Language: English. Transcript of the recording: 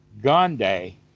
Gandhi